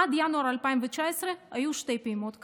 עד ינואר 2019 היו שתי פעימות כאלה.